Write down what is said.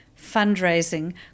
fundraising